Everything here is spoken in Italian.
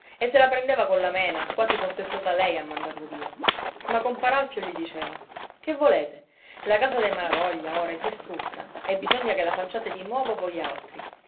e se la prendeva colla mena quasi fosse stata lei a mandarlo via ma compar alfio gli diceva che volete la casa dei malavoglia ora è distrutta e bisogna che la facciate di nuovo voi altri